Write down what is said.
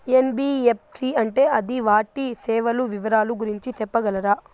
NBFC అంటే అది వాటి సేవలు వివరాలు గురించి సెప్పగలరా?